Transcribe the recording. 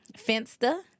Fenster